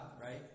right